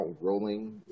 rolling